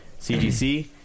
CGC